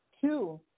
Two